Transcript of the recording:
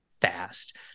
fast